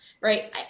Right